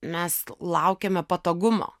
mes laukiame patogumo